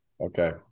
Okay